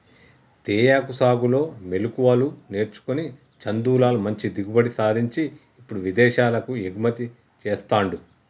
తేయాకు సాగులో మెళుకువలు నేర్చుకొని చందులాల్ మంచి దిగుబడి సాధించి ఇప్పుడు విదేశాలకు ఎగుమతి చెస్తాండు